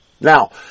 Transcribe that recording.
Now